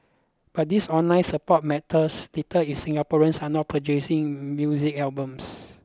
but this online support matters little is Singaporeans are not purchasing music albums